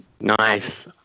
Nice